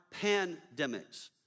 pandemics